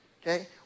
Okay